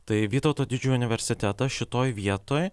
tai vytauto didžiojo universiteto šitoj vietoj